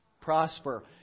Prosper